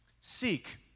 Seek